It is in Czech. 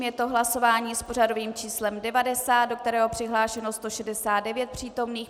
Je to hlasování s pořadovým číslem 90, do kterého je přihlášeno 169 přítomných.